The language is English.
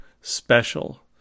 special